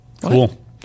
Cool